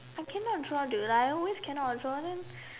I cannot draw dude I always cannot draw then